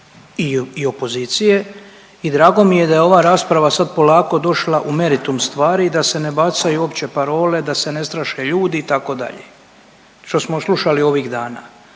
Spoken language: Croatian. i opozicije i drago mi je da je ova rasprava sad polako došla u meritum stvari i da se ne bacaju uopće parole, da se ne straše ljudi itd., što smo slušali ovih dana.